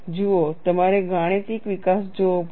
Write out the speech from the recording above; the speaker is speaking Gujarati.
જુઓ તમારે ગાણિતિક વિકાસ જોવો પડશે